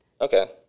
Okay